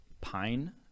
pine